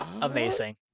Amazing